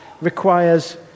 requires